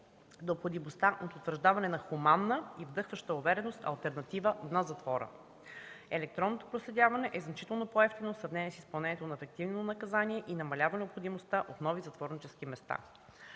необходимостта от утвърждаване на хуманна и вдъхваща увереност алтернатива на затвора. Електронното проследяване е значително по-евтино в сравнение с изпълнението на ефективно наказание и намалява необходимостта от нови затворнически места.